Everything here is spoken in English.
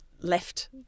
left